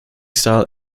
style